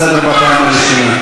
חבר הכנסת טלב אבו עראר,